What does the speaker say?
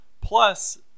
plus